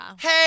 Hey